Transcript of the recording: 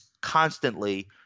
constantly –